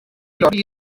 lottery